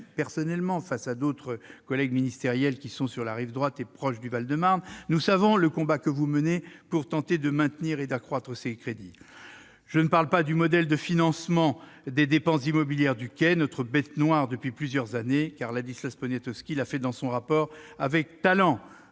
personnellement face à certains autres collègues ministres, situés sur la rive droite de la Seine, non loin du Val-de-Marne, pour tenter de maintenir et même d'accroître ces crédits. Je ne parle pas du modèle de financement des dépenses immobilières du Quai, notre bête noire depuis plusieurs années, car Ladislas Poniatowski l'a fait dans son rapport avec talent.